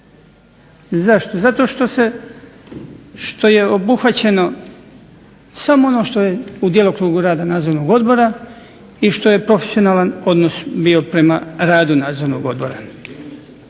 Zašto? Zato što je obuhvaćeno samo ono što je u djelokrugu rada nadzornog odbora i što je profesionalan odnos bio prema radu nadzornog odbora.